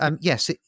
yes